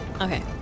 Okay